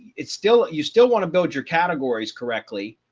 it's still, you still want to build your categories correctly.